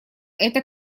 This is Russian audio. эта